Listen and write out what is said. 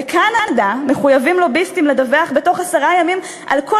בקנדה מחויבים לוביסטים לדווח בתוך עשרה ימים על כל